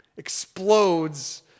explodes